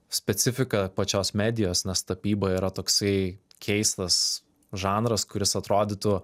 specifika pačios medijos nes tapyba yra toksai keistas žanras kuris atrodytų